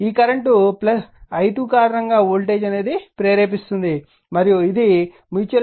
ఈ current i2 కారణంగా voltage ప్రేరేపిస్తుంది మరియు ఇది మ్యూచువల్ ఇండక్టెన్స్ M